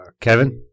Kevin